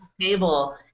table